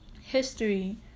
history